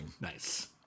Nice